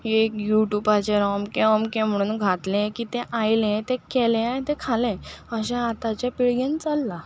एक यूट्यूबाचेर अमकें अमकें म्हणून घातलें की तें आयलें तें केलें आनी तें खालें अशें आतांचे पिळगेन चल्लां